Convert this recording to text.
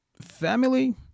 family